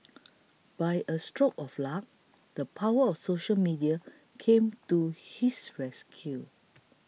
by a stroke of luck the power of social media came to his rescue